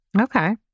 Okay